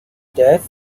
death